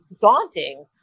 daunting